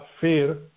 fear